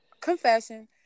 confession